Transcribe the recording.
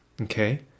okay